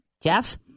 Jeff